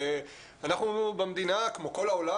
אנחנו במדינה כמו כל העולם,